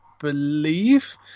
believe